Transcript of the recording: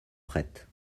prêtes